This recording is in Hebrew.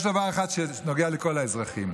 יש דבר אחד שנוגע לכל האזרחים.